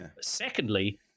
secondly